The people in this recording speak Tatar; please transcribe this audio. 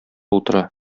утыра